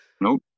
Nope